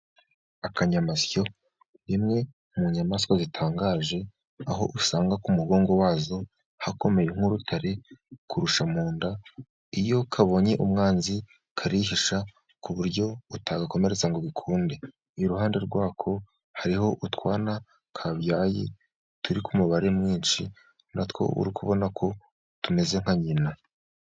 Akanyamasyo; imwe mu nyamaswa zitangaje, aho usanga ku mugongo wazo ahakomeye nk'urutare kurusha mu nda, iyo kabonye umwanzi, karihisha ,ku buryo utagakomeretsa ngo bikunde, iruhande rwako hariho utwana kabyaye, turi ku mubare mwinshi, natwo uri kubona ko tumeze nka nyina.